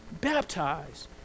baptized